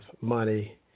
money